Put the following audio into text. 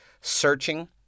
searching